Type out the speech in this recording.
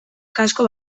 kasko